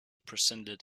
presented